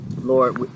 Lord